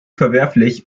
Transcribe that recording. verwerflich